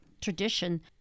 Tradition